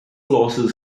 losses